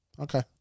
Okay